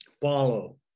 follow